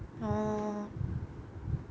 orh